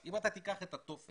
אם אתה תיקח את הטופס